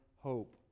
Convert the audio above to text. hope